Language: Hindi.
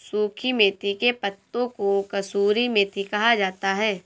सुखी मेथी के पत्तों को कसूरी मेथी कहा जाता है